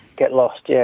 get lost, yeah.